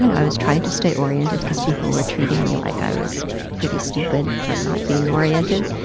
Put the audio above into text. you know i was trying to stay oriented because people were treating me like i was pretty stupid for not being oriented,